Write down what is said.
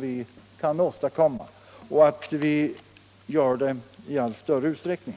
vi kan åstadkomma och gör det i allt större utsträckning.